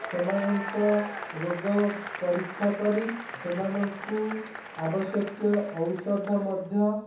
ସେମାନଙ୍କ ରୋଗ ପରୀକ୍ଷା କରି ସେମାନଙ୍କୁ ଆବଶ୍ୟକୀୟ ଔଷଧ ମଧ୍ୟ